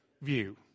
view